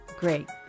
Great